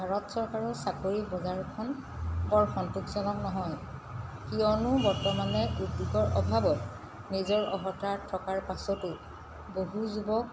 ভাৰত চৰকাৰৰ চাকৰি বজাৰখন বৰ সন্তোষজনক নহয় কিয়নো বৰ্তমানে উদ্যোগৰ অভাৱত নিজৰ অৰ্হতা থকাৰ পাছতো বহু যুৱক